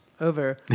over